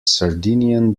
sardinian